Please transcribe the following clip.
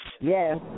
Yes